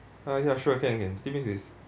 ah ya sure can can